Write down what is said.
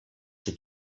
czy